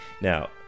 Now